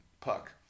Puck